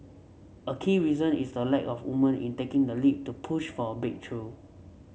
a key reason is the lack of woman in taking the lead to push for a breakthrough